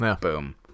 Boom